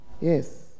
yes